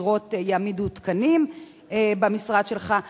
ישירות יעמידו תקנים במשרד שלך.